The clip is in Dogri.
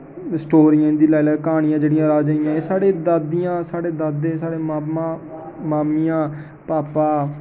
स्टोरियां इंदियां लाई लैओ क्हानियां जेह्ड़ियां राजें दियां साढ़ी दादियां साढ़े दादे ते मामा मामियां पापा